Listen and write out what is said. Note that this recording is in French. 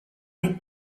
des